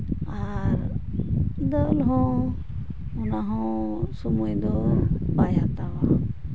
ᱟᱨ ᱫᱟᱹᱞ ᱦᱚᱸ ᱚᱱᱟ ᱦᱚᱸ ᱥᱚᱢᱚᱭ ᱫᱚ ᱵᱟᱭ ᱦᱟᱛᱟᱣᱟ